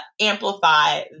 amplify